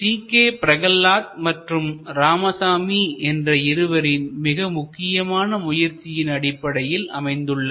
K Prahlad மற்றும் ராமசாமி என்ற இருவரின் மிக முக்கியமான முயற்சியின் அடிப்படையில் அமைந்துள்ளவை